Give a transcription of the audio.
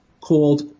called